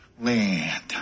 land